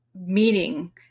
meaning